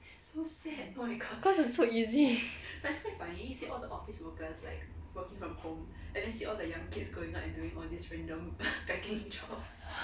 cause it's so easy